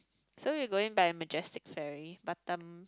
so we going by majestic ferry Batam